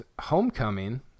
homecoming